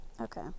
Okay